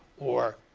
or